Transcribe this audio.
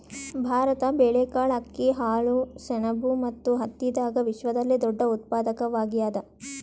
ಭಾರತ ಬೇಳೆಕಾಳ್, ಅಕ್ಕಿ, ಹಾಲು, ಸೆಣಬು ಮತ್ತು ಹತ್ತಿದಾಗ ವಿಶ್ವದಲ್ಲೆ ದೊಡ್ಡ ಉತ್ಪಾದಕವಾಗ್ಯಾದ